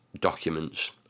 documents